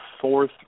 fourth